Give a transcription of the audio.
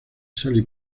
sally